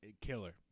killer